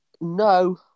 No